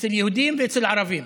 אצל יהודים ואצל ערבים,